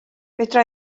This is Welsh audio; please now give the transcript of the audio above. fedra